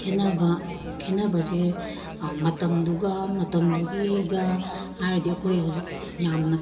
ꯈꯦꯠꯅꯕ ꯈꯦꯠꯅꯕꯁꯤ ꯃꯇꯝꯗꯨꯒ ꯃꯇꯝꯗꯨꯒꯤꯒ ꯍꯥꯏꯔꯗꯤ ꯑꯩꯈꯣꯏ ꯍꯧꯖꯤꯛ ꯌꯥꯝꯅ